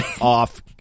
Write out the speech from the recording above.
off